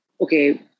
okay